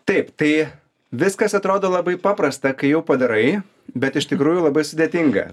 taip tai viskas atrodo labai paprasta kai jau padarai bet iš tikrųjų labai sudėtinga